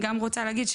אני גם רוצה להגיד,